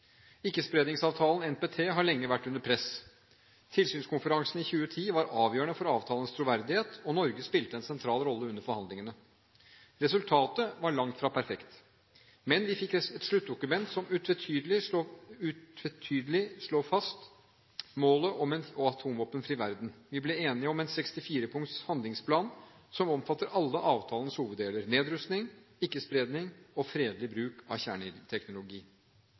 NPT, har lenge vært under press. Tilsynskonferansen i 2010 var avgjørende for avtalens troverdighet, og Norge spilte en sentral rolle under forhandlingene. Resultatet var langt fra perfekt. Men vi fikk et sluttdokument som utvetydig slår fast målet om en atomvåpenfri verden. Vi ble enige om en 64 punkts handlingsplan som omfatter alle avtalens hoveddeler: nedrustning, ikke-spredning og fredelig bruk av kjerneteknologi.